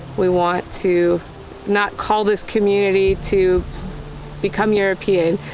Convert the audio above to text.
we want to not call this community to become european,